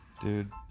Dude